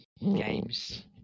games